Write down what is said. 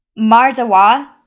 Marzawa